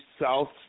south